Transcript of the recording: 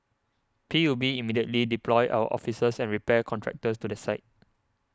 P U B immediately deployed our officers and repair contractors to the site